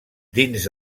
dins